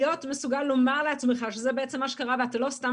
להיות מסוגל לומר לעצמך שזה מה שקרה ואתה לא סתם